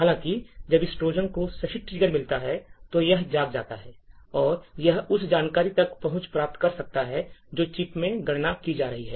हालांकि जब इस ट्रोजन को सही ट्रिगर मिलता है तो यह जाग जाता है और यह उस जानकारी तक पहुंच प्राप्त कर सकता है जो चिप में गणना की जा रही है